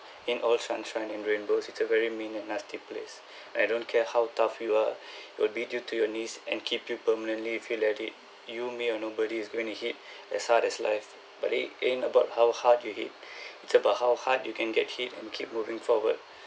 ain't all sunshine and rainbows it's a very mean and nasty place I don't care how tough you are it would beat you to your knees and keep you permanently if you let it you me or nobody's gonna hit as hard as life but it ain't about how hard you hit it's about how hard you can get hit and keep moving forward